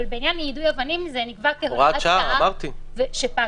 אבל בעניין יידוי אבנים זה נקבע כהוראת שעה שפגה.